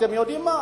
אתם יודעים מה,